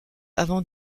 avant